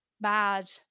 bad